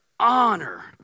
honor